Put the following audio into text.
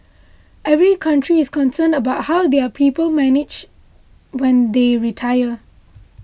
every country is concerned about how their people manage when they retire